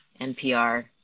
NPR